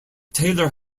taylor